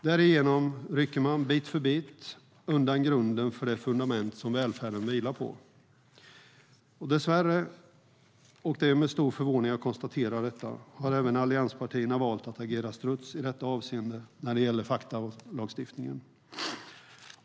Därigenom rycker man bit för bit undan grunden för det fundament som välfärden vilar på. Dessvärre, och det är med stor förvåning jag konstaterar detta, har även allianspartierna valt att agera struts i detta avseende när det gäller Fatca-lagstiftningen.